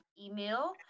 email